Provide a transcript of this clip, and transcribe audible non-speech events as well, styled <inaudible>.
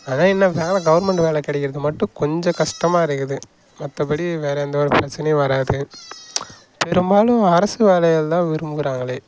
ஆனால் என்ன <unintelligible> கவுர்மெண்ட் வேலை கிடைக்கிறது மட்டும் கொஞ்சம் கஷ்டமாக இருக்குது மற்றபடி வேறு எந்த ஒரு பிரச்சனையும் வராது பெரும்பாலும் அரசு வேலைகள் தான் விரும்புறாங்களே